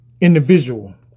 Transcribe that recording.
individual